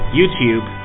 YouTube